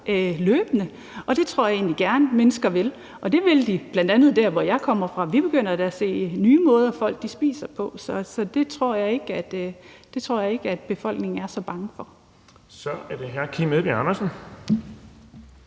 løbende, og det tror jeg egentlig gerne mennesker vil, og det vil de bl.a. der, hvor jeg kommer fra. Vi begynder da at se nye måder, folk spiser på. Så det tror jeg ikke at befolkningen er så bange for. Kl. 17:49 Den fg. formand